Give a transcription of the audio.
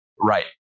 right